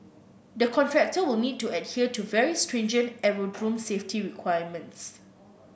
the contractor will need to adhere to very stringent aerodrome safety requirements